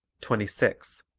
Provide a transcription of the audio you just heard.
twenty six.